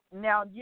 now